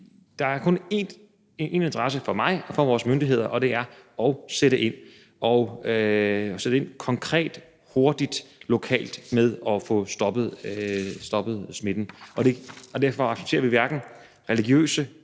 der er kun én interesse for mig og for vores myndigheder, og det er at sætte ind konkret, hurtigt og lokalt med at få stoppet smitten, og derfor accepterer vi hverken religiøse,